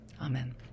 Amen